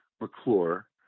McClure